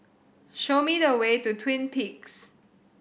show me the way to Twin Peaks